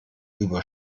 über